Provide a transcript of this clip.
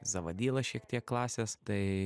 zavadyla šiek tiek klasės tai